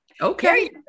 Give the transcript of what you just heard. Okay